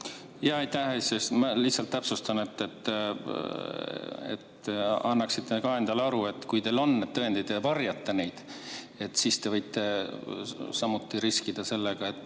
ära. Aitäh! Ma lihtsalt täpsustan, et te annaksite ka endale aru, et kui teil on need tõendid ja te varjate neid, siis te võite samuti riskida sellega, et